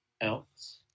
else